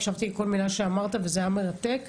הקשבתי לכל מילה שאמרת וזה היה מרתק.